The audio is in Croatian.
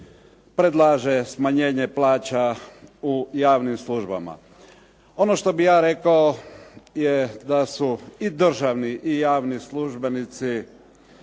predlaže smanjenje plaća u javnim službama. Ono što bih ja rekao je da su i državni i javni službenici